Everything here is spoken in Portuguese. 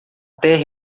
terra